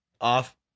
Off